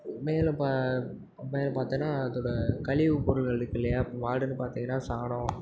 மேலே பா மேலே பார்த்தோன்னா அதோட கழிவு பொருட்கள் இருக்கில்லையா மாடுனு பார்த்தீங்கனா சாணம்